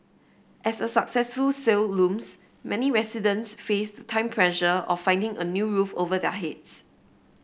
as a successful sale looms many residents face the time pressure of finding a new roof over their heads